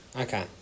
Okay